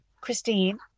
Christine